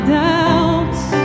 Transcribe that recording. doubts